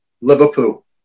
Liverpool